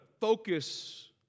focus